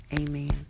Amen